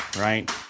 right